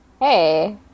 hey